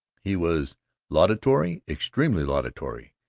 he was laudatory, extremely laudatory.